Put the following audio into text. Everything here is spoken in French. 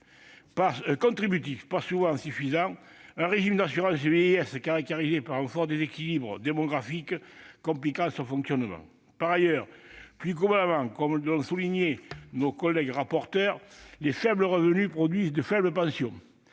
contributif pas toujours suffisant, un régime d'assurance vieillesse caractérisé par un fort déséquilibre démographique qui complique son financement. Plus globalement, comme l'ont souligné nos collègues rapporteurs, les faibles revenus produisent de faibles pensions.